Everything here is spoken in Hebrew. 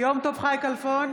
יום טוב חי כלפון,